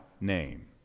name